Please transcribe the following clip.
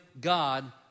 God